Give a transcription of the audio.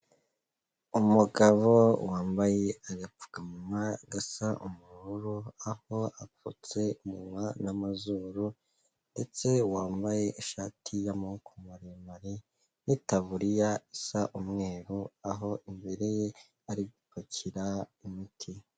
Umugabo wambaye agapfukamunwa gasa ubururu, aho apfutse umunwa n'amazuru ndetse wambaye ishati y'amaboko maremare n'itaburiya isa umweru aho imbere ye ari gupakira imiti.